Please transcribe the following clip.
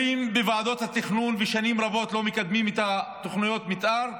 בוועדות התכנון וששנים רבות לא מקדמים את תוכניות המתאר,